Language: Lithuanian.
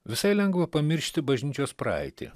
visai lengva pamiršti bažnyčios praeitį